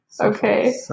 Okay